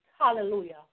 hallelujah